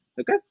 okay